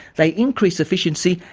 they increase efficiency,